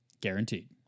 guaranteed